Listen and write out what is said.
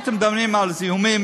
הייתם מדברים על זיהומים,